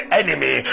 enemy